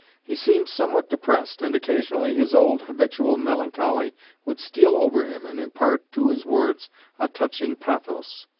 he seemed somewhat depressed, and occasionally his old habitual melancholy would steal over him and impart to his words a touching pathos.